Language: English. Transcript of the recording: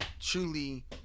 truly